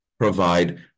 Provide